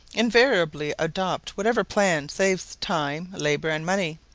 invariably adopt whatever plan saves time, labour, and money.